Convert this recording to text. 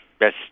yes